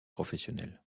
professionnel